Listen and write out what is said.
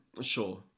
Sure